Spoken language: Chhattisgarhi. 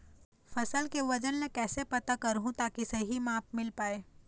फसल के वजन ला कैसे पता करहूं ताकि सही मापन मील पाए?